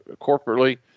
corporately